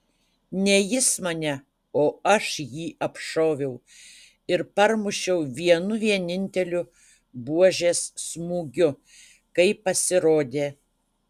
ne jis mane o aš jį apšoviau ir parmušiau vienu vieninteliu buožės smūgiu kai pasirodė